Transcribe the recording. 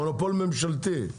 מונופול ממשלתי.